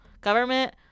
government